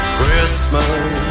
Christmas